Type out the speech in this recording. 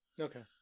Okay